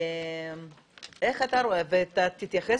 איך אתה רואה ותתייחס,